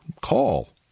call